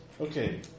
Okay